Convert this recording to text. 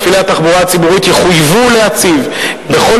מפעילי התחבורה הציבורית יחויבו להציב בכל